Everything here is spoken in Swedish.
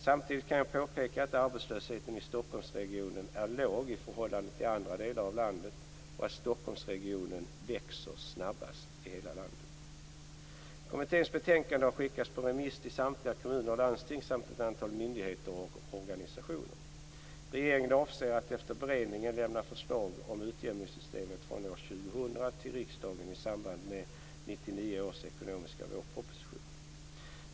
Samtidigt kan jag påpeka att arbetslösheten i Stockholmsregionen är låg i förhållande till andra delar av landet och att Stockholmsregionen växer snabbast i hela landet. Kommitténs betänkande har skickats på remiss till samtliga kommuner och landsting samt ett antal myndigheter och organisationer. Regeringen avser att efter beredning lämna förslag om utjämningssystemet från år 2000 till riksdagen i samband med 1999 års ekonomiska vårproposition.